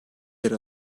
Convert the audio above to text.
yer